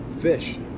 fish